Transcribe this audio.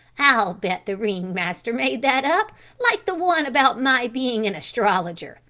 i'll bet the ring-master made that up, like the one about my being an astrologer.